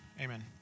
Amen